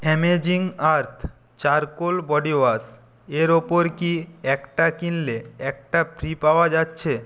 amazing earth charcoal body wash এর ওপর কি একটা কিনলে একটা ফ্রি পাওয়া যাচ্ছে